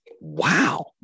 Wow